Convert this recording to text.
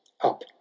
Up